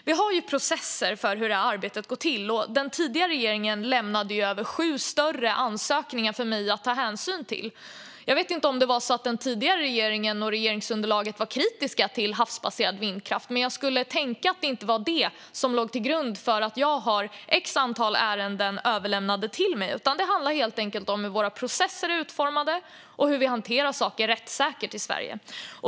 Vi har processer för hur arbetet går till, och den tidigare regeringen lämnade över sju större ansökningar för mig att ta hänsyn till. Jag vet inte om det var så att den tidigare regeringen och regeringsunderlaget var kritiska till havsbaserad vindkraft, men jag skulle inte tro att det var det som låg till grund för att jag har ett antal ärenden överlämnade till mig. Det handlar helt enkelt om hur våra processer är utformade och hur vi hanterar saker rättssäkert i Sverige.